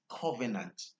covenant